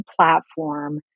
platform